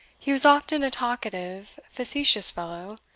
he was often a talkative, facetious fellow,